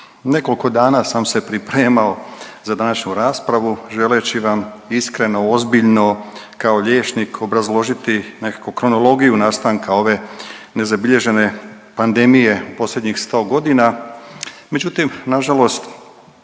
nekoliko dana sam se pripremao za današnju raspravu želeći vam iskreno i ozbiljno kao liječnik obrazložiti nekako kronologiju nastanka ove nezabilježene pandemije u posljednjih 100.g., međutim nažalost